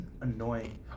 Annoying